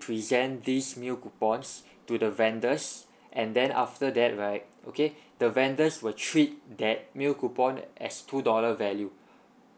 present these meal coupons to the vendors and then after that right okay the vendors will treat that meal coupon as two dollar value